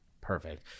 Perfect